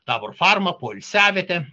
taborfarmą poilsiavietę